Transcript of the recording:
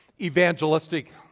evangelistic